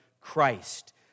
Christ